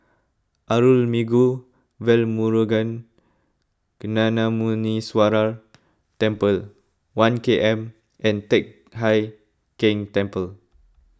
Arulmigu Velmurugan Gnanamuneeswarar Temple one K M and Teck Hai Keng Temple